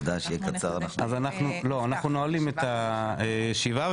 אנחנו נועלים את הישיבה.